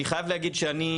אני חייב להגיד שאני,